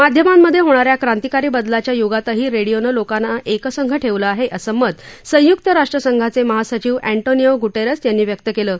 माध्यमांमध्ये होणाऱ्या क्रांतिकारी बदलाच्या युगातही रेडिओनं लोकांना एकसंघ ठेवलं आहे असं मत संय्क्त राष्ट्र संघाचे महासचिव अँटोनियो ग्टेरस यांनी व्यक्त केलं आहे